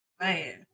Man